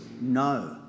no